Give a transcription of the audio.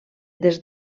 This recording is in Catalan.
des